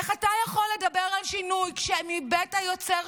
איך אתה יכול לדבר על שינוי כשמבית היוצר